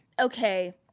okay